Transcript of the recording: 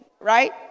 right